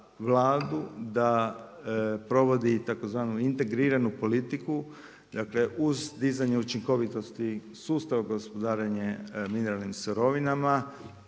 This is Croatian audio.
da provodi tzv. integriranu politiku dakle uz dizanje učinkovitosti sustava gospodarenja mineralnim sirovinama